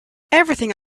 everything